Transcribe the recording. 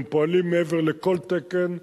והם פועלים מעבר לכל תקן,